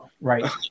right